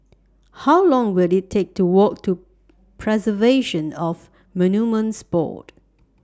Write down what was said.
How Long Will IT Take to Walk to Preservation of Monuments Board